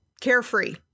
carefree